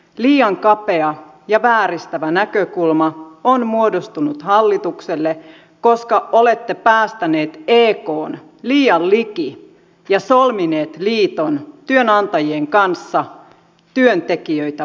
liian kapea ja vääristävä näkökulma on muodostunut hallitukselle koska olette päästäneet ekn liian liki ja solmineet liiton työnantajien kanssa työntekijöitä vastaan